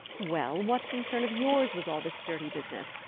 well what concern of yours was all this dirty business?